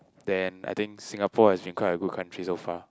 then I think Singapore has been quite a good country so far